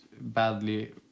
badly